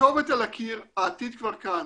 הכתובת על הקיר, העתיד כבר כאן.